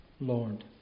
Lord